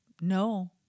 No